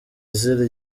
izira